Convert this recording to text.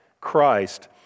Christ